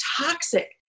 toxic